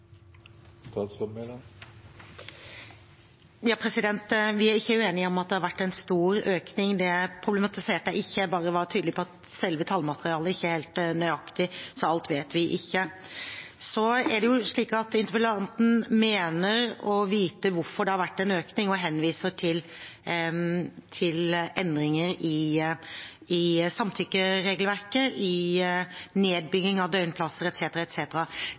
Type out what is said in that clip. det har vært en stor økning. Det problematiserte jeg ikke; jeg var bare tydelig på at selve tallmaterialet ikke er helt nøyaktig, så vi vet ikke alt. Så er det slik at interpellanten mener å vite hvorfor det har vært en økning, og henviser til endringen i samtykkeregelverket, i nedbygging av